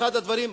ואחד הדברים,